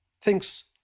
thinks